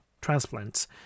transplants